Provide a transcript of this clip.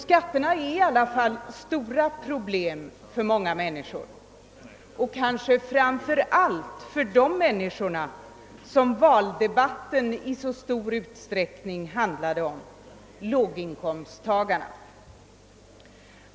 Skatterna är i alla fall stora problem för många människor, kanske framför allt för dem som valdebatten i så stor utsträckning handlade om — låginkomsttagarna.